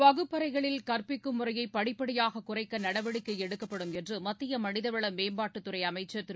வகுப்பறைகளில் கற்பிக்கும் முறையை படிப்படியாக குறைக்க நடவடிக்கை எடுக்கப்படும் என்று மத்திய மனிதவள மேம்பாட்டுத் துறை அமைச்சர் திரு